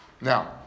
Now